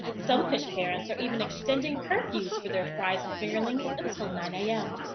some fish parents are even extending curfews for their fries and fingerlings and until nine a m.